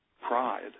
pride